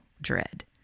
dread